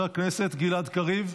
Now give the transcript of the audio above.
חבר הכנסת גלעד קריב,